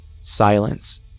silence